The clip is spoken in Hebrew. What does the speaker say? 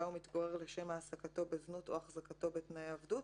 הוא מתגורר לשם העסקתו בזנות או החזקתו בתנאי עבדות",